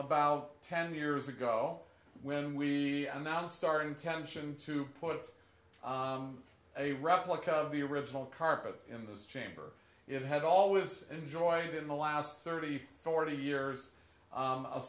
about ten years ago when we announced our intention to put a replica of the original carpet in this chamber it had always enjoyed in the last thirty forty years